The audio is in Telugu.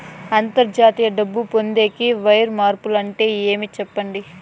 అంతర్జాతీయ డబ్బు పొందేకి, వైర్ మార్పు అంటే ఏమి? సెప్పండి?